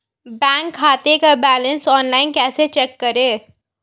Bank खाते का balance online कैसे चेक करें?